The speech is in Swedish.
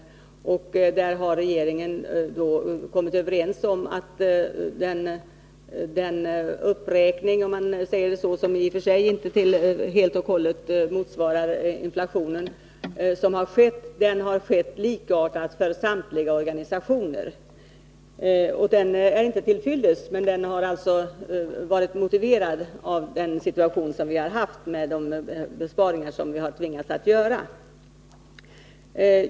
Där har man inom regeringen kommit överens om att den uppräkning som gjorts och som i och för sig inte helt och hållet motsvarar inflationen är lika för alla organisationer. Denna uppräkning är inte till fyllest, men storleken av uppräkningen har varit motiverad av de besparingar som vi tvingats att göra.